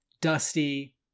dusty